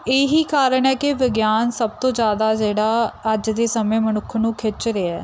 ਇਹੀ ਕਾਰਨ ਹੈ ਕਿ ਵਿਗਿਆਨ ਸਭ ਤੋਂ ਜਿਆਦਾ ਜਿਹੜਾ ਅੱਜ ਦੇ ਸਮੇਂ ਮਨੁੱਖ ਨੂੰ ਖਿੱਚ ਰਿਹਾ